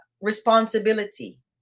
responsibility